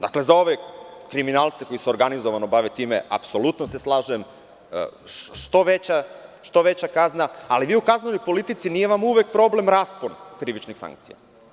Dakle, za ove kriminalce koji se organizovano bave time, apsolutno se slažem, što veća kazna, ali u kaznenoj politici nije vam uvek problem raspon krivičnih sankcija.